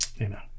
Amen